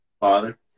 father